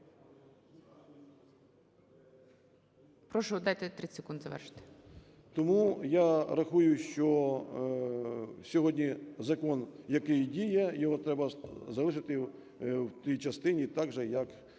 Тому я рахую, що сьогодні закон, який діє, його треба залишити в тій частині так же, як,